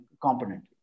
component